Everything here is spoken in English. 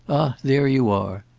there you are!